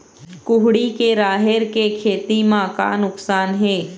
कुहड़ी के राहेर के खेती म का नुकसान हे?